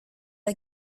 der